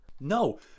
No